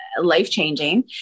life-changing